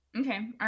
Okay